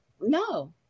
No